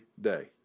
day